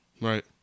Right